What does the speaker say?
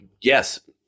yes